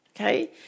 Okay